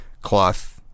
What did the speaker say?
cloth